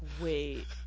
wait